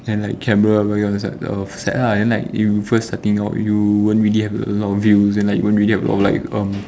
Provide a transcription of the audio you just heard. and like camera but you become sad lah then like you first starting out you won't really have a lot of views and like you won't really have a lot of like um